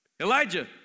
Elijah